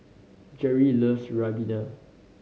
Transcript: Gerri loves ribena